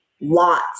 lots